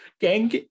gang